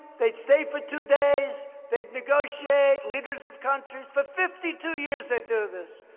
they'd stay for two days. they'd negotiate. leaders of countries for fifty two years they'd do this.